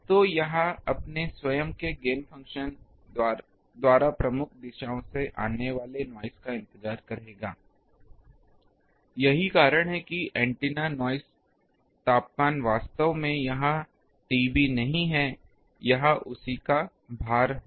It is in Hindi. तो यह अपने स्वयं के गेन फंक्शन द्वारा प्रमुख दिशाओं से आने वाले नॉइस का इंतजार करेगा यही कारण है कि ऐन्टेना नॉइस तापमान वास्तव में यह TB नहीं है यह उसी का भार होगा